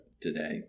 today